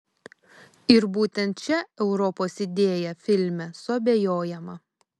ir būtent šia europos idėja filme suabejojama